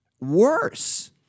worse